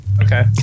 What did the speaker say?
Okay